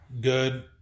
good